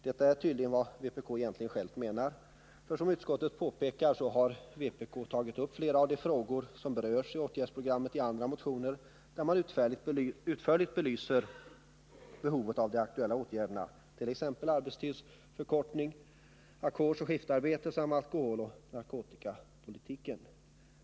Detta är egentligen också vad vpk självt menar, för som utskottet påpekar har vpk tagit upp flera av de frågor som berörs i åtgärdsprogrammet i andra motioner, där man utförligt belyser behovet av de aktuella åtgärderna, t.ex. beträffande arbetstidsförkortning, ackordsoch skiftarbete samt alkoholoch narkotikapolitiken.